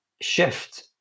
shift